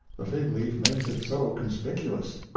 the fig-leaf makes it so conspicuous.